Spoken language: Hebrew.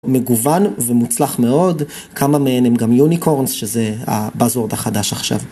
מגוון ומוצלח מאוד, כמה מהם הם גם יוניקורנס שזה הבאז-וורד החדש עכשיו.